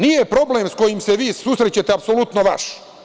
Nije problem s kojim se vi susrećete apsolutno vaš.